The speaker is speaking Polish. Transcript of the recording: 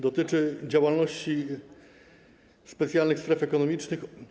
Dotyczy to działalności specjalnych stref ekonomicznych.